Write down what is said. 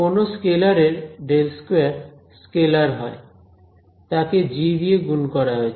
কোন স্কেলার এর ∇2 স্কেলার হয় তাকে g দিয়ে গুণ করা হয়েছে